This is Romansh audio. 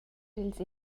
dils